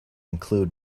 include